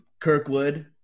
Kirkwood